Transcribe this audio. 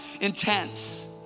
intense